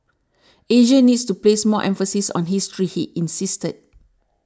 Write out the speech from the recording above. Asia needs to place more emphasis on history he insisted